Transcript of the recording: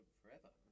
forever